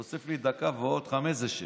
תוסיף לי דקה ועוד חמש, זה שש.